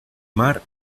mar